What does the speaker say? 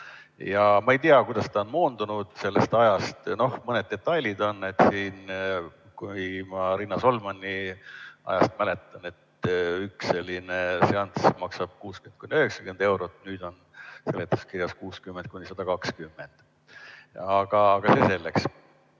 Ma ei tea, kuidas ta on moondunud sellest ajast. Mõned detailid on, kui ma Riina Solmani ajast mäletan, et üks selline seanss maksab 60–90 eurot, nüüd on seletuskirjas 60–120. Aga see selleks.